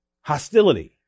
hostility